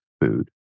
food